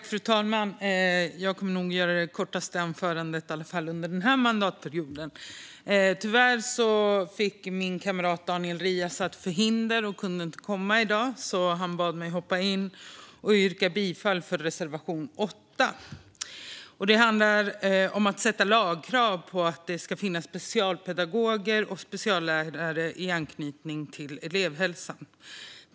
Fru talman! Jag kommer nog att hålla det kortaste anförandet, i alla fall under den här mandatperioden. Tyvärr fick min kamrat Daniel Riazat förhinder och kunde inte komma i dag, så han bad mig att hoppa in och yrka bifall till reservation 8. Den handlar om ett lagkrav på att det ska finnas specialpedagoger och speciallärare i anslutning till elevhälsan.